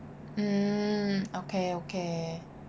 mm okay okay